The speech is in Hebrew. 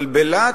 אבל בלהט